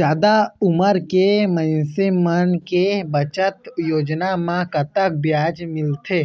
जादा उमर के मइनसे मन के बचत योजना म कतक ब्याज मिलथे